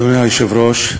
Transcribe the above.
אדוני היושב-ראש,